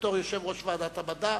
בתור יושב-ראש ועדת המדע.